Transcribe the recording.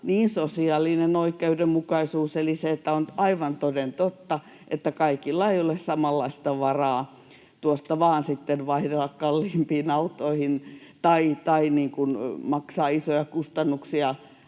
niin sosiaalinen oikeudenmukaisuus — eli se, että on aivan toden totta, että kaikilla ei ole samanlaista varaa tuosta vain sitten vaihdella kalliimpiin autoihin tai maksaa isoja kustannuksia